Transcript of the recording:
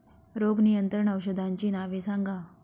रोग नियंत्रण औषधांची नावे सांगा?